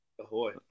Ahoy